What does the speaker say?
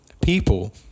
People